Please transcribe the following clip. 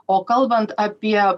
o kalbant apie